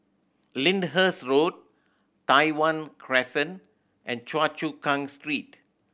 Lyndhurst Road Tai Hwan Crescent and Choa Chu Kang Street